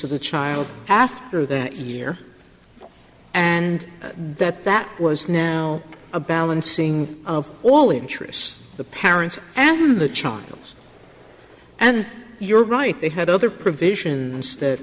of the child after that year and that that was now a balancing of all interests the parents and the channels and you're right they had other provisions that